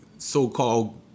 so-called